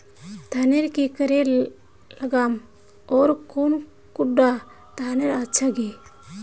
धानेर की करे लगाम ओर कौन कुंडा धानेर अच्छा गे?